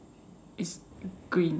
it's green